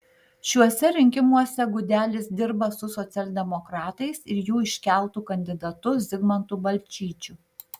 šiuose rinkimuose gudelis dirba su socialdemokratais ir jų iškeltu kandidatu zigmantu balčyčiu